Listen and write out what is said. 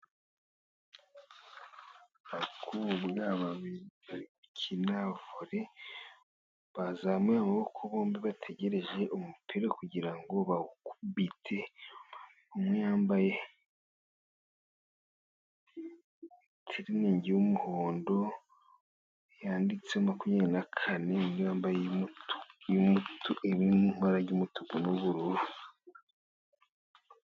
Abakobwa babiri bari gukina vore bazamuye amaboko, bombi bategereje umupira kugira ngo bawukubite umwe yambaye itiriningi y'umuhondo yanditse ho makumyabiri na kane, undi wambaye iyumutu irimo ibara ry'umutuku n'ubururu.